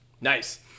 Nice